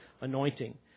anointing